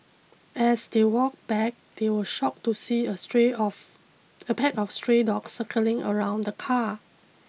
as they walked back they were shocked to see a stray of a pack of stray dogs circling around the car